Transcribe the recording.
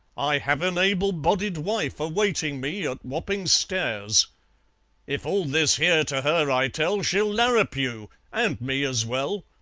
i have an able-bodied wife awaiting me at wapping stairs if all this here to her i tell, she'll larrup you and me as well.